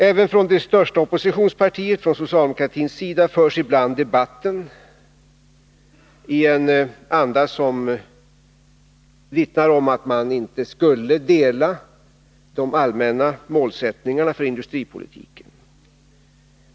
Även från det största oppositionspartiets, socialdemokratins, sida förs debatten ibland i en anda som kan vittna om att man där inte skulle dela de allmänna målsättningarna för industripolitiken.